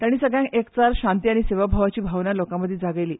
ताणी सगळ्यांक एकचार शांती आनी सेवाभावाची भावना लोकांमदी जागयली